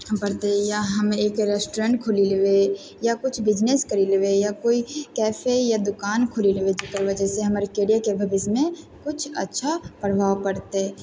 पड़तै या हमे एक रेस्टोरेन्ट खोलि लेबै या किछु बिजनेस करि लेबै या कोइ कैफे या दोकान खोलि लेबै जेकर वजह से हमर कैरियरके भविष्यमे किछु अच्छा प्रभाव पड़तै